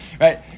right